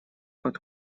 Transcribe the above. под